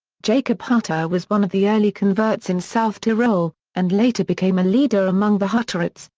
jacob hutter was one of the early converts in south tyrol, and later became a leader among the hutterites,